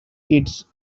its